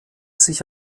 sich